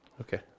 Okay